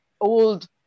old